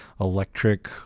electric